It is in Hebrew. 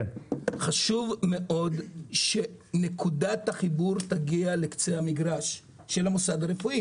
חשוב מאוד שנקודת החיבור תגיע לקצה המגרש של המוסד הרפואי.